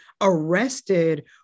arrested